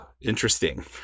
Interesting